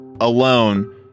alone